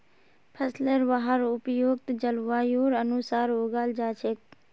फसलेर वहार उपयुक्त जलवायुर अनुसार उगाल जा छेक